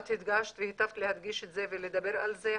את הדגשת והיטבת להדגיש את זה ולדבר על זה,